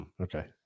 okay